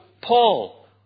Paul